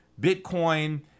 Bitcoin